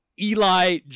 Eli